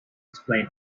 explain